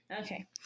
Okay